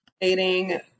dating